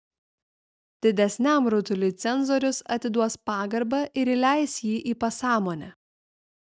didesniam rutuliui cenzorius atiduos pagarbą ir įleis jį į pasąmonę